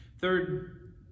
Third